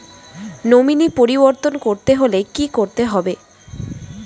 Nominee পরিবর্তন করতে হলে কী করতে হবে?